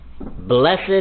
blessed